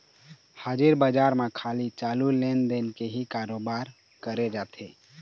हाजिर बजार म खाली चालू लेन देन के ही करोबार करे जाथे